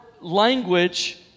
language